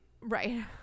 right